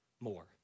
more